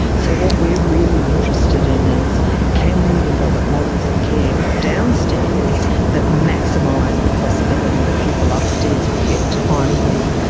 so what we are really interested in is can we develop models of care downstairs that maximise the possibility that people upstairs will get timely,